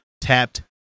tapped